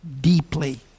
deeply